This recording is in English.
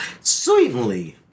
Sweetly